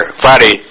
Friday